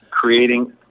creating